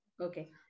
Okay